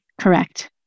Correct